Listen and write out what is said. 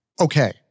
Okay